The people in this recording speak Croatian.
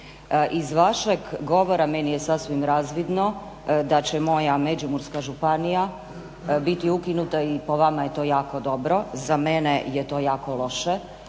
Iz vašeg govora meni je sasvim razvidno da će moja Međimurska županija biti ukinuta i po vama je to jako dobro, za mene je to jako loše